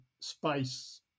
space